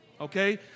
Okay